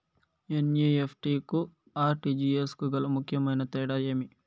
NEFT కు RTGS కు గల ముఖ్యమైన తేడా ఏమి?